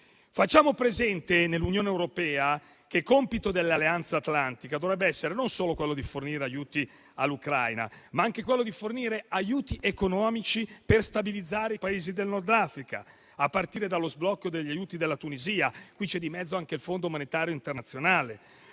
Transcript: Facciamo presente nell'Unione europea che compito dell'Alleanza atlantica dovrebbe essere non solo quello di fornire aiuti all'Ucraina, ma anche quello di fornire aiuti economici per stabilizzare i Paesi del Nord Africa, a partire dallo sblocco degli aiuti alla Tunisia (in questo caso c'è di mezzo anche il Fondo monetario internazionale),